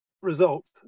result